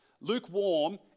lukewarm